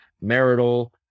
marital